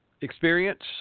experience